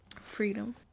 freedom